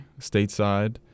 stateside